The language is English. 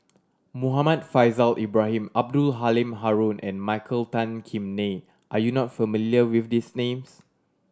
Muhammad Faishal Ibrahim Abdul Halim Haron and Michael Tan Kim Nei are you not familiar with these names